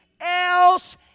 else